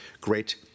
Great